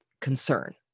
concern